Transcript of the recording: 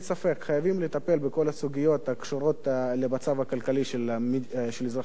חייבים לטפל בכל הסוגיות הקשורות למצב הכלכלי של אזרחי מדינת ישראל.